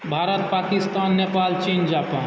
भारत पाकिस्तान नेपाल चीन जापान